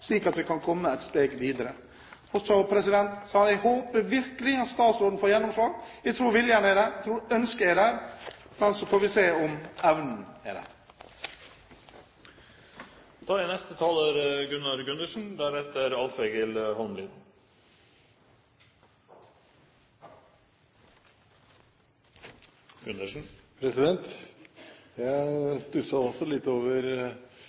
slik at vi kan komme et steg videre. Jeg håper virkelig at statsråden får gjennomslag. Jeg tror viljen er der, jeg tror ønsket er der, men så får vi se om evnen er der. Jeg stusset også litt over det